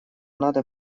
надо